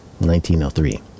1903